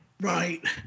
Right